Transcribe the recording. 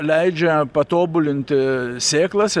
leidžia patobulinti sėklas